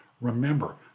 Remember